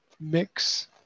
mix